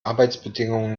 arbeitsbedingungen